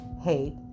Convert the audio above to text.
hate